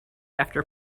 after